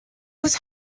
was